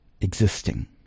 existing